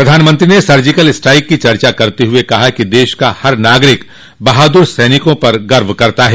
प्रधानमंत्री ने surgical strike की चर्चा करते हुए कहा कि देश का हर नागरिक बहाद्र सैनिकों पर गर्व करता है